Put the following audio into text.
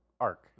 arc